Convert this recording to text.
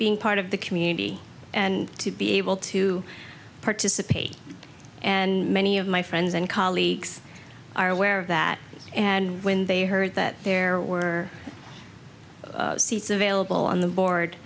part of the community and to be able to participate and many of my friends and colleagues are aware of that and when they heard that there were seats available on the board